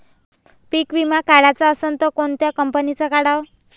पीक विमा काढाचा असन त कोनत्या कंपनीचा काढाव?